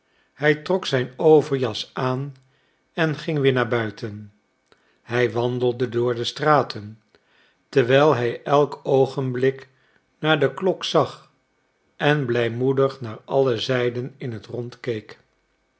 hij trok zijn overjas aan en ging weer naar buiten hij wandelde door de straten terwijl hij elk oogenblik naar de klok zag en blijmoedig naar alle zijden in het rond